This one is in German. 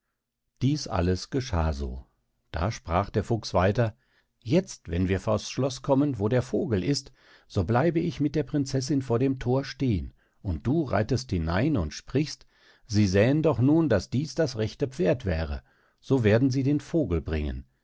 dies alles geschah so da sprach der fuchs weiter jetzt wenn wir vors schloß kommen wo der vogel ist so bleibe ich mit der prinzessin vor dem thor stehen und du reitest hinein und sprichst sie sähen doch nun daß dies das rechte pferd wäre so werden sie den vogel bringen